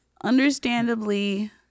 understandably